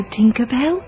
Tinkerbell